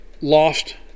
lost